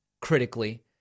critically